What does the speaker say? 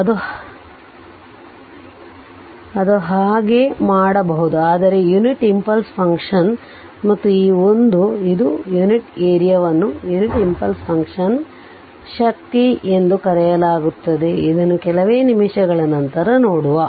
ಅದು ಹಾಗೆ ಮಾಡಬಹುದು ಆದರೆ ಇದು ಯುನಿಟ್ ಇಂಪಲ್ಸ್ ಫಂಕ್ಷನ್ ಮತ್ತು ಈ 1 ಇದು ಯುನಿಟ್ ಏರಿಯಾವನ್ನು ಯುನಿಟ್ ಇಂಪಲ್ಸ್ ಫಂಕ್ಷನ್ನ ಶಕ್ತಿ ಎಂದು ಕರೆಯಲಾಗುತ್ತದೆ ಇದನ್ನು ಕೆಲವೇ ನಿಮಿಷಗಳ ನಂತರ ನೋಡವ